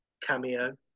cameo